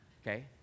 okay